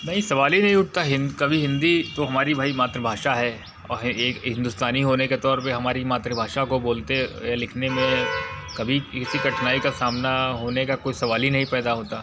नहीं सवाल ही नहीं उठता हिन कभी हिंदी तो हमारी भाई मातृभाषा है औ है एक हिन्दुस्तानी होने के तौर पे हमारी मातृभाषा को बोलते लिखने में कभी किसी कठिनाई का सामना होने का कोई सवाल ही नहीं पैदा होता